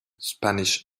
spanish